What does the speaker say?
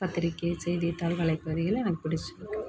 பத்திரிக்கை செய்தித்தாள் வலைப்பதிவு எனக்கு பிடிச்சுருக்கு